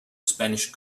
spanish